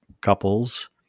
couples